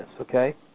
okay